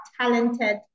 talented